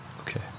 Okay